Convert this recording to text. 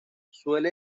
suele